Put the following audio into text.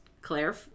Claire